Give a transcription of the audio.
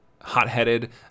hot-headed